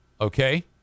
okay